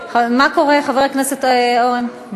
מה קורה, חבר הכנסת אורן?